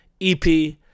EP